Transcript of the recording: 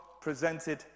presented